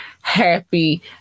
Happy